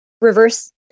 reverse